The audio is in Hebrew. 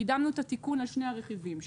קידמנו את התיקון בשני הרכיבים שלו,